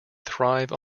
thrive